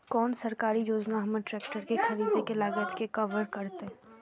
कोन सरकारी योजना हमर ट्रेकटर के खरीदय के लागत के कवर करतय?